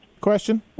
question